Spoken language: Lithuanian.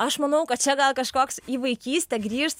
aš manau kad čia gal kažkoks į vaikystę grįžt